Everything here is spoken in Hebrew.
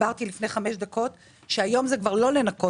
לפני חמש דקות הסברתי שהיום זה כבר לא לנקות